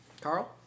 Carl